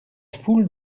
foule